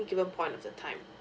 any given point of the time